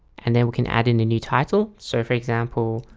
and then we can add in a new title so for example,